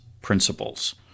principles